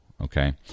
okay